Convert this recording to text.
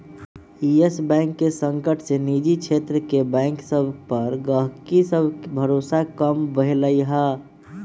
इयस bank के संकट से निजी क्षेत्र के बैंक सभ पर गहकी सभके भरोसा कम भेलइ ह